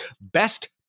Best